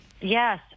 Yes